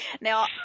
now